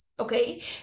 Okay